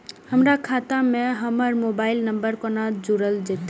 हमर खाता मे हमर मोबाइल नम्बर कोना जोरल जेतै?